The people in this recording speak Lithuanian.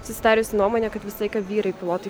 susidariusi nuomonė kad visą laiką vyrai pilotai